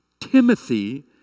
Timothy